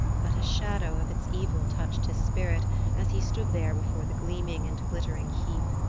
but a shadow of its evil touched his spirit as he stood there before the gleaming and glittering heap.